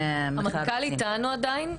המנכ"ל עדיין איתנו?